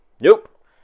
Nope